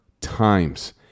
times